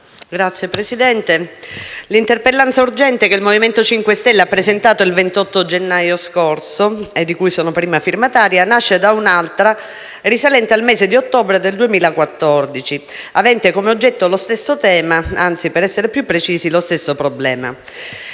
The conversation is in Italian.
Signor Presidente, l'interpellanza urgente che il Movimento 5 Stelle ha presentato il 28 gennaio scorso e di cui sono la prima firmataria nasce da un'altra risalente al mese di ottobre 2014 avente come oggetto lo stesso tema; anzi, per essere più precisi, lo stesso problema.